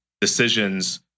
decisions